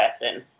person